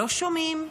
לא שומעים,